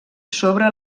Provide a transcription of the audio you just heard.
sobre